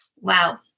Wow